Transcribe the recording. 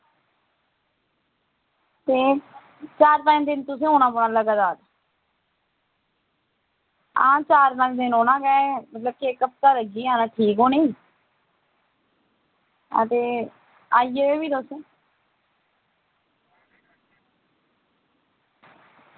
ते चार पंज दिन तुसें औना पौना लगातार हां चार पंज दिन औना गै मतलब कि इक हफ्ता लग्गी गै जाना ठीक होने गी हां ते आई जाएओ भी तुस